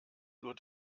nur